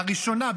לראשונה,